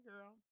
girl